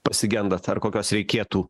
pasigendat ar kokios reikėtų